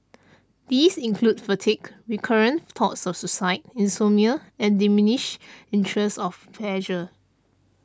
these include fatigue recurrent thoughts of suicide insomnia and diminished interest of pleasure